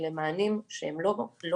אלו מענים שהם לא זולים.